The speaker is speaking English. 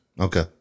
Okay